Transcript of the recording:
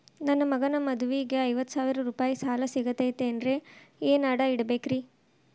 ನನ್ನ ಮಗನ ಮದುವಿಗೆ ಐವತ್ತು ಸಾವಿರ ರೂಪಾಯಿ ಸಾಲ ಸಿಗತೈತೇನ್ರೇ ಏನ್ ಅಡ ಇಡಬೇಕ್ರಿ?